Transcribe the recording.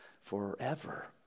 forever